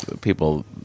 people